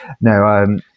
no